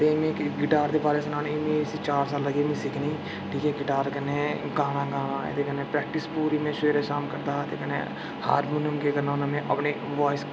ते में गिटार दे बारै सनान्ना इस्सी चार साल लग्गे मीं सिक्खने गी ठीक ऐ गिटार कन्नै में गाना गाना एह्दे कन्नै प्रैक्टिस पूरी में सवैरै शाम करदा हा ते कन्नै हारमोनियम केह् करना होन्ना में अपने वाइस